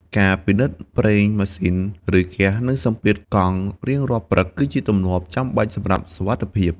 ការពិនិត្យប្រេងម៉ាស៊ីន ឬ ហ្គាស និងសម្ពាធកង់រៀងរាល់ព្រឹក គឺជាទម្លាប់ចាំបាច់សម្រាប់សុវត្ថិភាព។